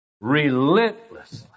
relentlessly